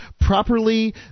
properly